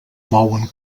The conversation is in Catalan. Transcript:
mouen